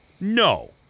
No